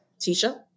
Tisha